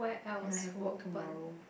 and I have work tomorrow